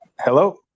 Hello